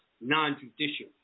non-judicial